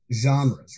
genres